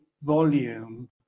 Volume